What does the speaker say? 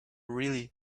really